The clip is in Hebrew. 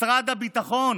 משרד הביטחון